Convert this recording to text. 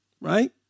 right